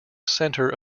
center